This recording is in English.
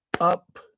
up